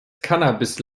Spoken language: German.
cannabis